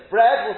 Bread